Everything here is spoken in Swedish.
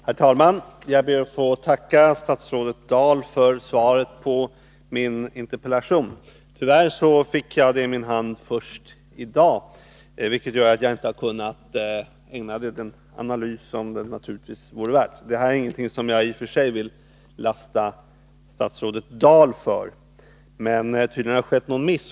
Herr talman! Jag ber att få tacka statsrådet Dahl för svaret på min interpellation. Tyvärr fick jag det i min hand först i dag, vilket gör att jag inte har kunnat ägna det den analys som det naturligtvis vore värt. Det här är ingenting som jag i och för sig vill lasta statsrådet Dahl för; tydligen har det skett någon miss.